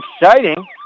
exciting